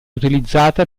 utilizzata